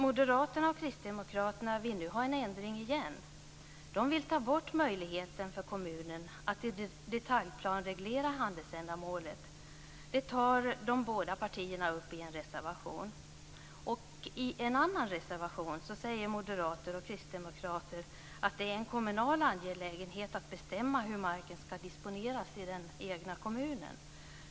Moderaterna och Kristdemokraterna vill nu ha en ändring igen. De vill ta bort möjligheten för kommunerna att i detaljplan reglera handelsändamålet. Det tar de båda partierna upp i en reservation. I en annan reservation säger Moderaterna och Kristdemokraterna att det är en kommunal angelägenhet att bestämma hur marken ska disponeras i den egna kommunen.